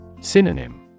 Synonym